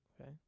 okay